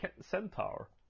centaur